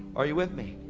are you with me?